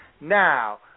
Now